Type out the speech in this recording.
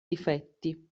difetti